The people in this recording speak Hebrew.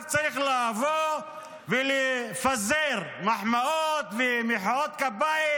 רק צריך לבוא ולפזר מחמאות ומחיאות כפיים